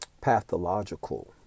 pathological